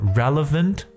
relevant